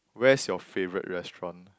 where's your favourite restaurant